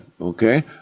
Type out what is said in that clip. Okay